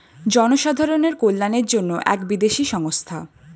জনসাধারণের কল্যাণের জন্য এক বিদেশি সংস্থা